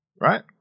right